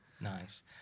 Nice